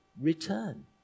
return